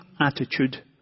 attitude